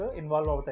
involved